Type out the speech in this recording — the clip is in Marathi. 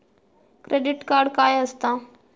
क्रेडिट कार्ड काय असता?